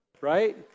Right